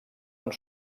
amb